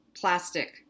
plastic